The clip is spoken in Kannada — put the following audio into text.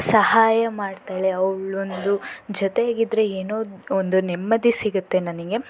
ಸಹಾಯ ಮಾಡ್ತಾಳೆ ಅವಳೊಂದು ಜೊತೆಗಿದ್ದರೆ ಏನೋ ಒಂದು ನೆಮ್ಮದಿ ಸಿಗತ್ತೆ ನನಗೆ